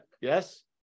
Yes